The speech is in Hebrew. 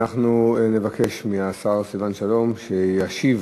אנחנו נבקש מהשר סילבן שלום, שישיב